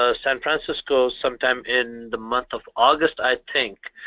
ah san francisco sometime in the month of august, i think,